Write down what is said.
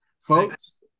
folks